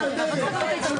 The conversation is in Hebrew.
היא מסתדרת.